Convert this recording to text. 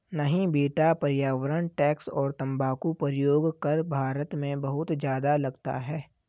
नहीं बेटा पर्यावरण टैक्स और तंबाकू प्रयोग कर भारत में बहुत ज्यादा लगता है